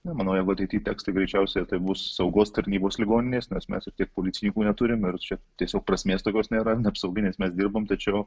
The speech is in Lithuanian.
ne manau jeigu ateity teks tai greičiausiai tai bus saugos tarnybos ligoninės nes mes ir tiek policininkų neturim ir čia tiesiog prasmės tokios nėra apsauginės mes dirbam tačiau